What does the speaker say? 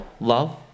love